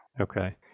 Okay